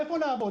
איפה לעבוד,